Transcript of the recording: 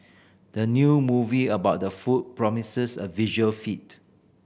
the new movie about the food promises a visual feat